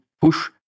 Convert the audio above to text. push